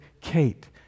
Kate